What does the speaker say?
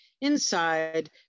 Inside